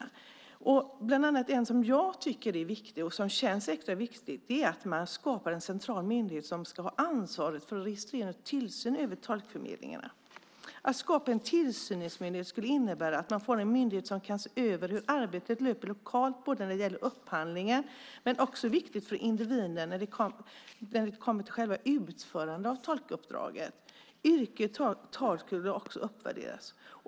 Man föreslog bland annat en åtgärd som jag tycker är extra viktig, nämligen att man skapar en central myndighet som ska ha ansvaret för registrering och tillsyn över tolkförmedlingarna. Att skapa en tillsynsmyndighet skulle innebära att man får en myndighet som kan se över hur arbetet löper lokalt när det gäller upphandlingen. Men det är också viktigt för individen när det kommer till själva utförandet av tolkuppdraget. Yrket tolk skulle också uppvärderas.